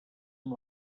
amb